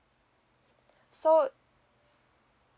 so